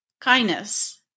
Kindness